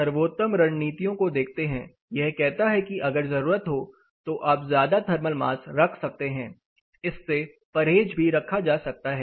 सर्वोत्तम रणनीतियों को देखते हैं यह कहता है कि अगर जरूरत हो तो आप ज्यादा थर्मल मास रख सकते हैं इससे परहेज भी रखा जा सकता है